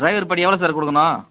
driver படி எவ்வளோ sir கொடுக்கணும்